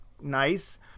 nice